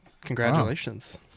congratulations